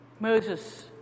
Moses